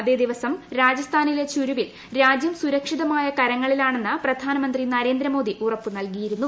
അതേ ദിവസം രാജസ്ഥാനിലെ ചുരുവിൽ രാജ്യം സുരക്ഷിതമായ കരങ്ങളിലാണെന്ന് പ്രധാനമന്ത്രി നരേന്ദ്രമോദി ഉറപ്പു നൽകിയിരുന്നു